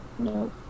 No